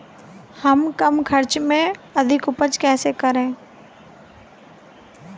Guarantor कौन होता है?